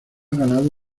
ganado